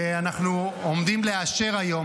שאנחנו עומדים לאשר היום,